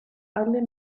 alle